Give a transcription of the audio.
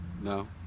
No